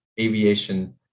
aviation